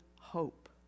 hope